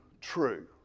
true